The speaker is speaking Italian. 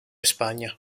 spagna